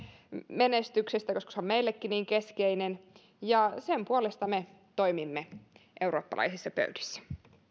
menestyksestä koska se on meillekin niin keskeinen ja sen puolesta me toimimme eurooppalaisissa pöydissä